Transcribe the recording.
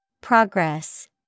Progress